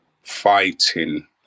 fighting